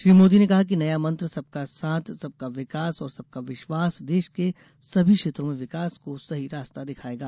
श्री मोदी ने कहा कि नया मंत्र सबका साथ सबका विकास और सबका विश्वास देश के सभी क्षेत्रों में विकास को सही रास्ता दिखाएगा